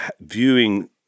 viewing